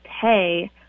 pay